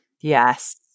Yes